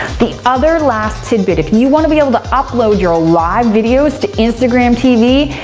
the other last tidbit, if you want to be able to upload your ah live videos to instagram tv,